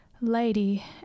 lady